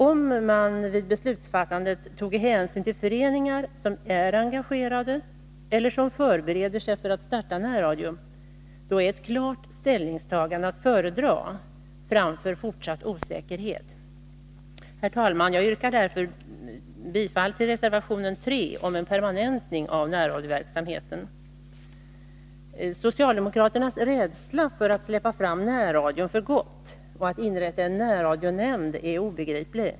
Om man vid beslutfattandet tog hänsyn till föreningar som är engagerade i eller som förbereder sig för att starta närradio, är ett klart ställningstagande att föredra framför fortsatt osäkerhet. Herr talman! Jag yrkar därför bifall till reservation 3 om en permanentning av närradioverksamheten. Socialdemokraternas rädsla för att släppa fram närradion för gott och att inrätta en närradionämnd är obegriplig.